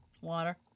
Water